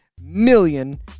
million